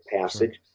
passage